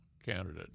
candidate